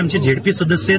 आमचे झेडपी सदस्य आहेत